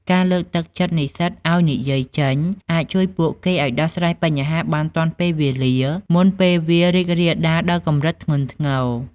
ការលើកទឹកចិត្តនិស្សិតឱ្យនិយាយចេញអាចជួយពួកគេឱ្យដោះស្រាយបញ្ហាបានទាន់ពេលវេលាមុនពេលវារីករាលដាលដល់កម្រិតធ្ងន់ធ្ងរ។